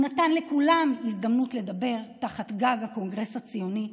הוא נתן לכולם הזדמנות לדבר תחת גג הקונגרס הציוני,